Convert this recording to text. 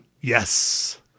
Yes